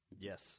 Yes